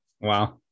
wow